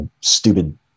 stupid